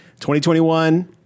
2021